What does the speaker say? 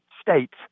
States